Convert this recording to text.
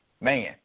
Man